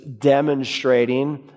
demonstrating